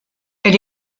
elle